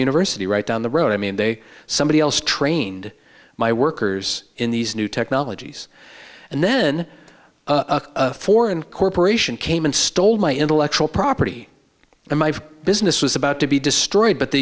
university right down the road i mean they somebody else trained my workers in these new technologies and then a foreign corporation came and stole my intellectual property and my business was about to be destroyed but the